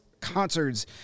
concerts